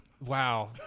Wow